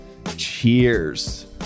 Cheers